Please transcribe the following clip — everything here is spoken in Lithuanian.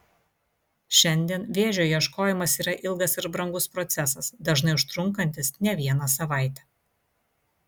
šiandien vėžio ieškojimas yra ilgas ir brangus procesas dažnai užtrunkantis ne vieną savaitę